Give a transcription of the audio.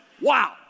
Wow